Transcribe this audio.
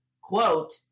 quote